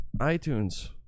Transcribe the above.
iTunes